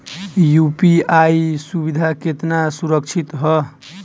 UPI सुविधा केतना सुरक्षित ह?